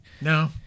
No